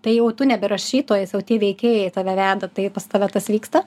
tai jau tu nebe rašytojas jau tie veikėjai tave veda tai pas tave tas vyksta